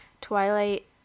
Twilight